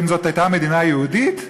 אם זו הייתה מדינה יהודית,